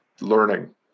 learning